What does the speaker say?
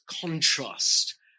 Contrast